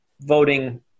voting